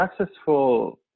successful